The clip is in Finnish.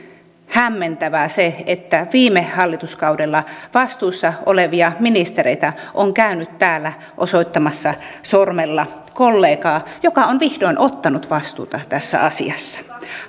hämmentävää se että viime hallituskaudella vastuussa olevia ministereitä on käynyt täällä osoittamassa sormella kollegaa joka on vihdoin ottanut vastuuta tässä asiassa